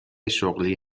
شغلی